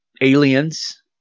aliens